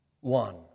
one